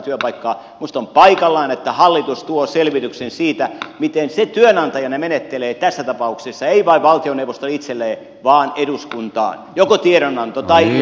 minusta on paikallaan että hallitus tuo selvityksen siitä miten se työnantajana menettelee tässä tapauksessa ei vain valtioneuvosto itselleen vaan eduskuntaan joko tiedonanto tai ilmoitus tai joku vastaava menettely